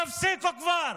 תפסיקו כבר.